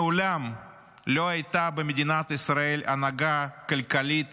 מעולם לא הייתה במדינת ישראל הנהגה כלכלית